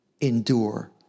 Endure